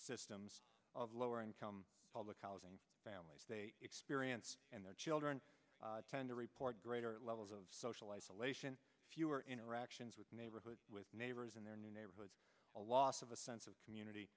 systems of lower income public housing families they experience and their children tend to report greater levels of social isolation fewer interactions with neighborhood with neighbors in their neighborhood a loss of a sense of community